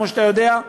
כמו שאתה יודע.